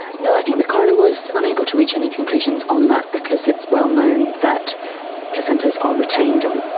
no, i think the coroner was unable to reach any conclusions on that because it's well known that placentas are retained on.